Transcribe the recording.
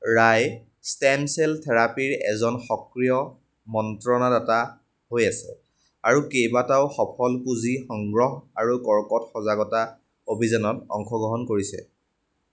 ৰায় stem cell থেৰাপীৰ এজন সক্ৰিয় মন্ত্ৰণাদাতা হৈ আছে আৰু কেইবাটাও সফল পুঁজি সংগ্ৰহ আৰু কৰ্কট সজাগতা অভিযানত অংশগ্ৰহণ কৰিছে